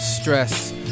stress